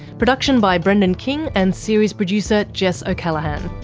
production by brendan king and series producer jess o'callaghan.